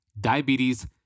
diabetes